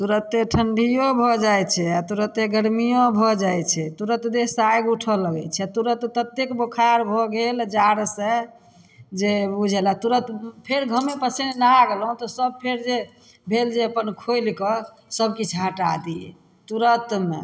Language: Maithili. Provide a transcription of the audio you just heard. तुरते ठंडियो भऽ जाइत छै आ तुरते गर्मियो भऽ जाइत छै तुरत देहसँ आगि उठऽ लगैत छै आ तुरत ततेक बोखार भऽ गेल जाड़सँ जे ओ जेना आ तुरत फेर घामे पसिने नहा गेलहुँ तऽ सब फेर जे भेल जे अपन खोलि कऽ सबकिछु हटा दियै तुरतमे